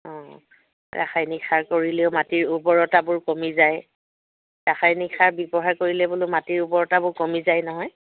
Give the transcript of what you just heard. অঁ ৰাসায়নিক সাৰ কৰিলেও মাটিৰ উৰ্বৰতাবোৰ কমি যায় ৰাসায়নিক সাৰ ব্যৱহাৰ কৰিলে বোলো মাটিৰ উৰ্বৰতাবোৰ কমি যায় নহয়